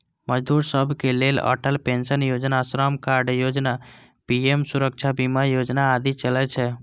मजदूर सभक लेल अटल पेंशन योजना, श्रम कार्ड योजना, पीएम सुरक्षा बीमा योजना आदि चलै छै